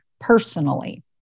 personally